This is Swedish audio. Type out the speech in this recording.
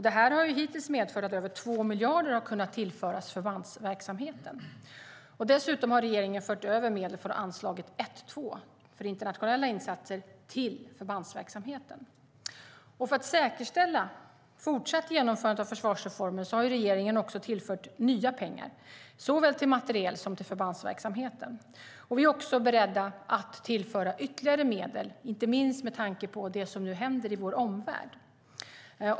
Det har hittills medfört att över 2 miljarder har kunnat tillföras förbandsverksamheten. Dessutom har regeringen fört över medel från anslaget 1:2 för internationella insatser till förbandsverksamheten. För att säkerställa ett fortsatt genomförande av försvarsreformen har regeringen också tillfört nya pengar till såväl materiel som förbandsverksamheten. Vi är även beredda att tillföra ytterligare medel, inte minst med tanke på det som nu händer i vår omvärld.